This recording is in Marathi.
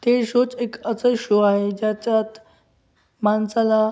ते शोच एक असं शो आहे ज्याच्यात माणसाला